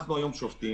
אנחנו היום שובתים.